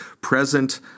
present